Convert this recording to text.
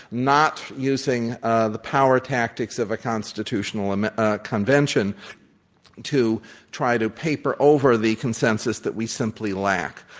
not using ah the power tactics of a constitutional and ah convention to try to paper over the consensus that we simply lack.